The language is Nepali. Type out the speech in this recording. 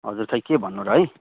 हजुर खोइ के भन्नु र है